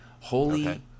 Holy